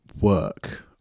work